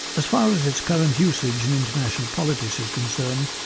as far as its current usage in international politics is concerned,